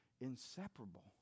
inseparable